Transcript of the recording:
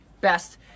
Best